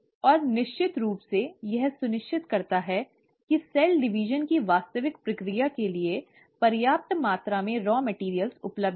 और निश्चित रूप से यह सुनिश्चित करता है कि कोशिका विभाजन की वास्तविक प्रक्रिया के लिए पर्याप्त मात्रा में रॉ मैटिअर्इअल उपलब्ध है